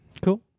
Cool